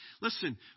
Listen